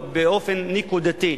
באופן נקודתי,